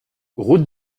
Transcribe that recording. route